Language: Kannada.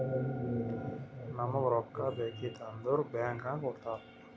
ನಮುಗ್ ರೊಕ್ಕಾ ಬೇಕಿತ್ತು ಅಂದುರ್ ಬ್ಯಾಂಕ್ ನಾಗ್ ಕೊಡ್ತಾರ್